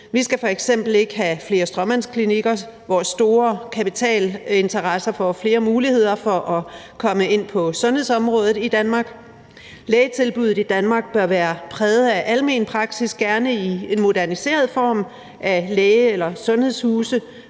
Vi skal f.eks. ikke have flere stråmandsklinikker, hvor store kapitalinteresser får flere muligheder for at komme ind på sundhedsområdet i Danmark. Lægetilbuddet i Danmark bør være præget af almen praksis, gerne i en moderniseret form af læge- eller sundhedshuse